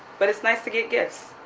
but it's nice to get gifts.